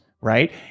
right